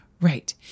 Right